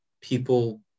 people